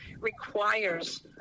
requires